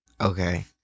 Okay